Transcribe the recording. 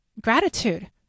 gratitude